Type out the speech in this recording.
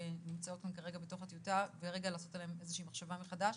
שנמצאות בתוך הטיוטה ורגע לעשות עליהם איזה שהיא מחשבה מחדש